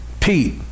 Pete